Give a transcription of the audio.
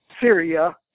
Syria